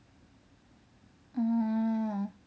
orh